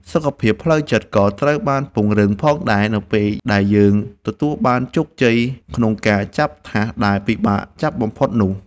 សុខភាពផ្លូវចិត្តក៏ត្រូវបានពង្រឹងផងដែរនៅពេលដែលយើងទទួលបានជោគជ័យក្នុងការចាប់ថាសដែលពិបាកចាប់បំផុតនោះ។